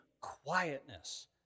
quietness